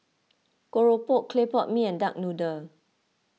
Keropok Clay Pot Mee and Duck Noodle